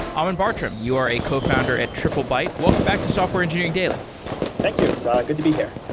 ammon bartram, you are a cofounder at triplebyte. welcome back to software engineering daily thank you. it's ah good to be here.